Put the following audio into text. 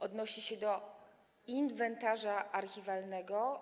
Odnosi się do inwentarza archiwalnego.